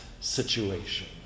situation